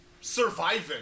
Surviving